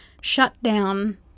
shutdown